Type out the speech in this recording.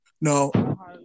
No